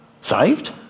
saved